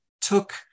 took